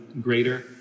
greater